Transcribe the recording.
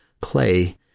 clay